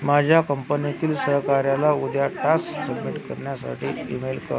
माझ्या कंपनीतील सहकाऱ्याला उद्या टास्क सबमिट करण्यासाठी ईमेल कर